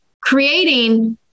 creating